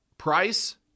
price